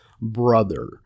brother